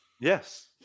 Yes